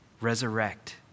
Resurrect